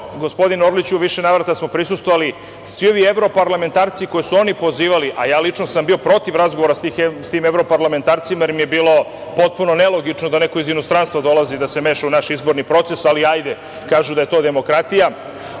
gospodine Orliću u više navrata smo prisustvovali, svi ovi evroparlamentarci koje su oni pozivali, a lično sam bio protiv razgovora sa tim evroparlamentarcima, jer mi je bilo potpuno nelogično da neko iz inostranstva dolazi i da se meša u naš izborni proces, ali ajde, kažu da je to demokratija,